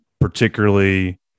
particularly